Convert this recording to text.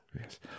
Yes